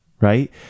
right